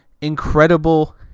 incredible